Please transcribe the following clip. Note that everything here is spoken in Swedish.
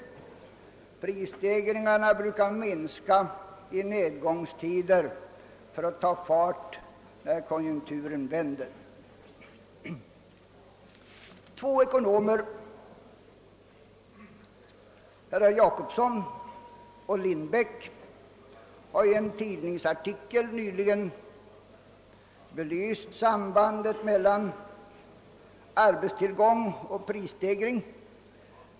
Två ekonomer, herrar Jacobsson och Lindbeck, har i en tidningsartikel nyligen belyst sambandet mellan arbetstillgång och prisstegring.